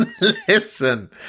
listen